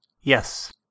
Yes